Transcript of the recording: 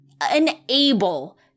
unable